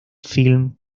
film